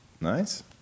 Nice